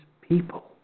people